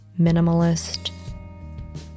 Minimalist